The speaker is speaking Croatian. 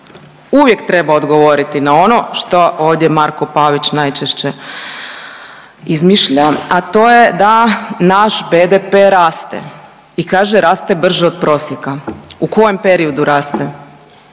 Uvijek treba odgovoriti na ono što ovdje Marko Pavić najčešće izmišlja, a to je da naš BDP raste brže od prosjeka. U kojem periodu raste?